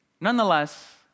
Nonetheless